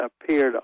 appeared